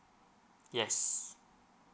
yes